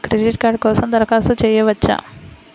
Credit card కోసం దరఖాస్తు చేయవచ్చా?